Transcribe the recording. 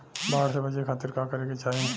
बाढ़ से बचे खातिर का करे के चाहीं?